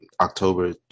October